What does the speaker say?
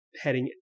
heading